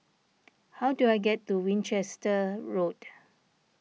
how do I get to Winchester Road